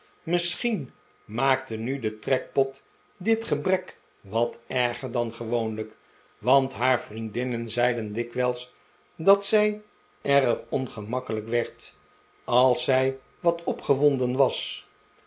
misschien maakte nu de trekpot dit gebrek wat erger dan gewoonlijk want haar vriendinnen zeiden dikwijls dat zij erg ongemakkelijk werd ma arte n chuzzlewit als zij wat opgewonden was